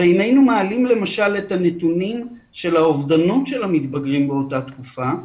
הרי אם היו מעלים למשל את הנתונים של האובדנות של המתבגרים באותה תקופה,